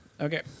Okay